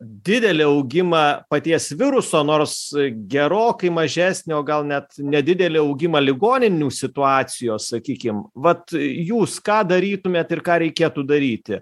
didelį augimą paties viruso nors gerokai mažesnį o gal net nedidelį augimą ligoninių situacijos sakykim vat jūs ką darytumėt ir ką reikėtų daryti